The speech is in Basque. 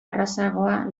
errazagoa